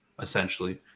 essentially